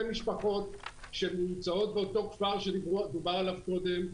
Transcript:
משפחות שנמצאות באותו כפר שדובר עליו קודם,